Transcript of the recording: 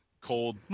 Cold